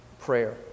prayer